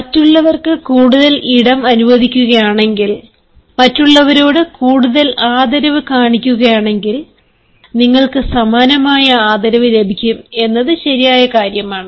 മറ്റുള്ളവർക്ക് കൂടുതൽ ഇടം അനുവദിക്കുകയാണെങ്കിൽ മറ്റുള്ളവരോട് കൂടുതൽ ആദരവ് കാണിക്കുകയാണെങ്കിൽ നിങ്ങൾക്കും സമാനമായ ആദരവ് ലഭിക്കും എന്നത് ശരിയായ കാര്യമാണ്